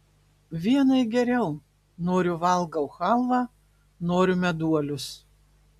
vienai geriau noriu valgau chalvą noriu meduolius